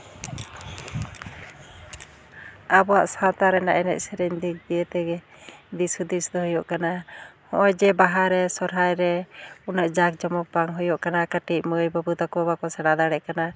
ᱟᱵᱚᱣᱟᱜ ᱥᱟᱶᱛᱟ ᱨᱮᱱᱟᱜ ᱮᱱᱮᱡ ᱥᱮᱨᱮᱧ ᱫᱤᱠ ᱫᱤᱭᱮ ᱛᱮᱜᱮ ᱫᱤᱥ ᱦᱩᱫᱤᱥ ᱫᱚ ᱦᱩᱭᱩᱜ ᱠᱟᱱᱟ ᱦᱚᱸᱜᱼᱚᱭ ᱡᱮ ᱵᱟᱦᱟ ᱨᱮ ᱥᱚᱨᱦᱟᱭ ᱨᱮ ᱩᱱᱟᱹᱜ ᱡᱟᱸᱠ ᱡᱚᱢᱚᱠ ᱵᱟᱝ ᱦᱩᱭᱩᱜ ᱠᱟᱱᱟ ᱠᱟᱹᱴᱤᱡ ᱢᱟᱹᱭ ᱵᱟᱹᱵᱩ ᱛᱟᱠᱚ ᱵᱟᱠᱚ ᱥᱮᱬᱟ ᱫᱟᱲᱮᱜ ᱠᱟᱱᱟ